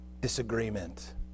disagreement